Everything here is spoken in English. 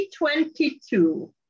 2022